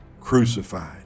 crucified